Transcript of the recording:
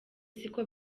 siko